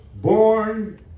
born